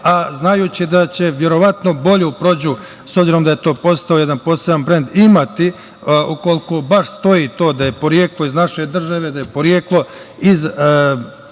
a znajući da će verovatno bolju prođu, s obzirom da je to postao jedan poseban brend, imati ukoliko baš stoji to da je poreklo iz naše države, da je poreklo iz